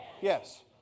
Yes